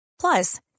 Plus